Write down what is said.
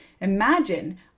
Imagine